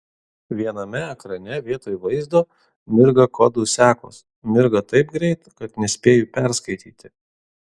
viename ekrane vietoj vaizdo mirga kodų sekos mirga taip greit kad nespėju perskaityti